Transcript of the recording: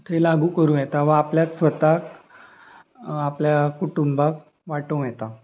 थंय लागू करूं येता वा आपल्या स्वताक आपल्या कुटुंबाक वांटूं येता